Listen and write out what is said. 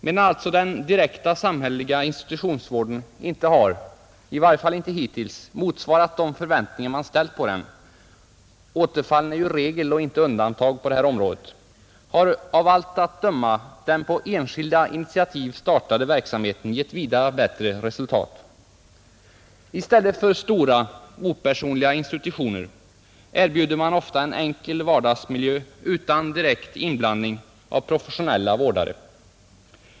Medan alltså den direkta samhälleliga institutionsvården inte har, i varje fall inte hittills, motsvarat de förväntningar man ställt på den — återfallen är regel, inte undantag på detta område — har av allt att döma den på enskilda initiativ startade verksamheten gett vida bättre resultat. I stället för stora, opersonliga institutioner erbjuder man ofta en enkel vardagsmiljö utan direkt medverkan av professionella vårdare.